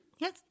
Yes